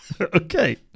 Okay